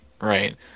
right